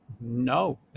no